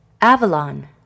Avalon